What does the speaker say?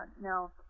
no